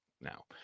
now